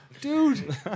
Dude